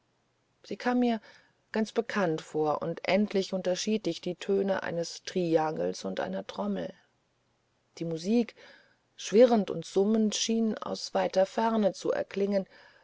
sie kam mir ganz bekannt vor und endlich unterschied ich die töne eines triangels und einer trommel die musik schwirrend und summend schien aus weiter ferne zu erklingen